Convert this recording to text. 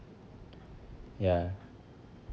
ya